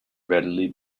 readily